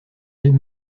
elles